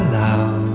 love